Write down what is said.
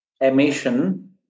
emission